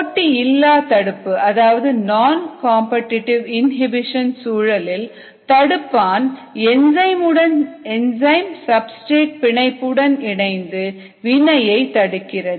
போட்டியில்லா தடுப்பு சூழலில் தடுப்பான் என்சைம் உடனும் என்சைம் சப்ஸ்டிரேட் பிணைப்புடனும் இணைந்து வினையை தடுக்கிறது